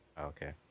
Okay